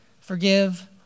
forgive